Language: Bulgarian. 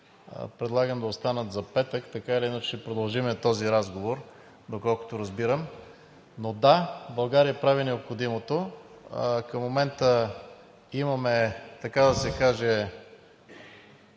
питания да останат за петък, така или иначе ще продължим този разговор, доколкото разбирам. Но да, България прави необходимото. Към момента имаме, така да се каже,